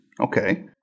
Okay